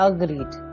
Agreed